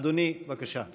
אדוני, בבקשה.